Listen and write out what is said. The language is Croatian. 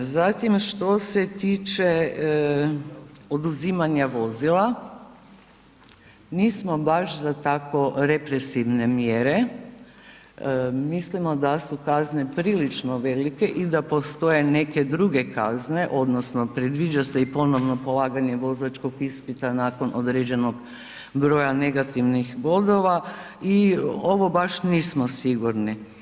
Zatim što se tiče oduzimanja vozila, nismo baš za tako represivne mjere, mislimo da su kazne prilično velike i da postoje neke druge kazne odnosno predviđa se i ponovno polaganje vozačkog ispita nakon određenog broja negativnih bodova i ovo baš nismo sigurni.